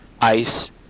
ice